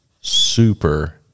super